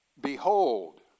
Behold